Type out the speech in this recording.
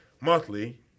Monthly